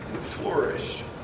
flourished